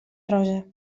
rosa